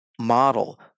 model